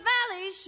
Valley